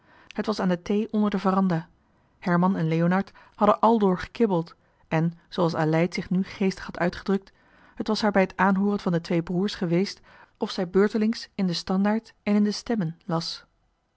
het was aan de thee onder de veranda herman en leonard hadden aldoor gekibbeld en zooals aleid zich nu geestig had uitgedrukt het was haar bij het aanhooren johan de meester de zonde in het deftige dorp van de twee broers geweest of zij beurtelings in de standaard en in de stemmen las